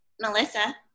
Melissa